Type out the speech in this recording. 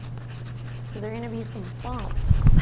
so they're gonna be some bumps